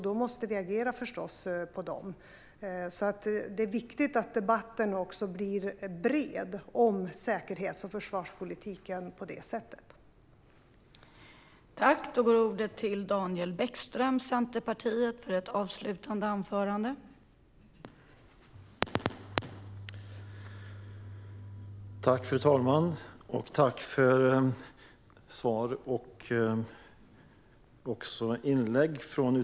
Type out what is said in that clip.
Då måste vi förstås agera på dem. Det är viktigt att debatten om säkerhets och försvarspolitiken också blir bred på detta sätt.